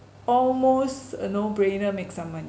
almost a no-brainer make some money